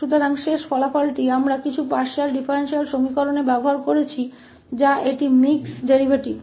तो अंतिम परिणाम हम कुछ पार्शियल डिफरेंशियल एक्वेशन्स में उपयोग कर रहे हैं जो एक मिश्रित डेरीवेटिव है